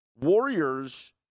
Warriors